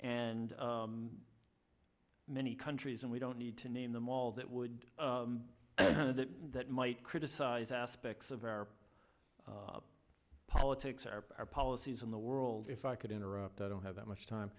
and many countries and we don't need to name them all that would that that might criticize aspects of our politics our our policies in the world if i could interrupt i don't have that much time